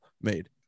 made